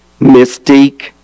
mystique